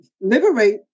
liberate